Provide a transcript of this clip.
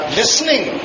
listening